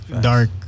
dark